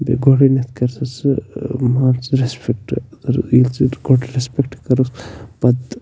بیٚیہِ گۄڈٕنٮ۪تھ کر سا ژٕ مان ژٕ رٮ۪سپٮ۪کٹ ییٚلہِ ژٕ تہِ گۄڈٕ رٮ۪سپٮ۪کٹ کَرَکھ پَتہٕ